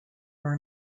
are